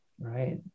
right